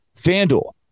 fanduel